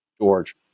George